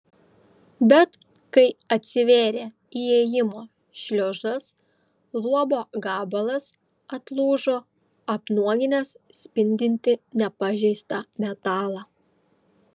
bet kai atsivėrė įėjimo šliuzas luobo gabalas atlūžo apnuoginęs spindintį nepažeistą metalą